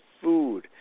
food